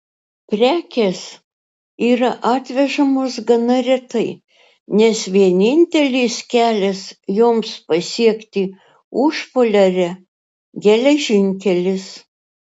prekės yra atvežamos gana retai nes vienintelis kelias joms pasiekti užpoliarę geležinkelis